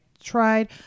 tried